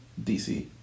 DC